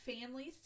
families